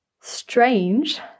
strange